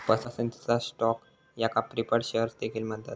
पसंतीचा स्टॉक याका preferred shares देखील म्हणतत